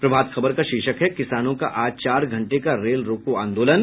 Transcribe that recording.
प्रभात खबर का शीर्षक है किसानों का आज चार घंटे का रेल रोको आंदोलन